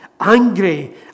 angry